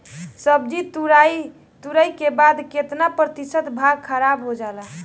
सब्जी तुराई के बाद केतना प्रतिशत भाग खराब हो जाला?